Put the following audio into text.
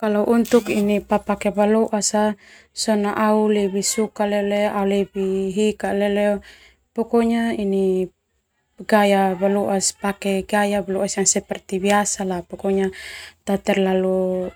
Kalau untuk ini papake baloas a sona au lebih suka leleo pokonya ini pake gaya baloas pakai gaya baloas yang seperti biasa la pokonya, ta terlalu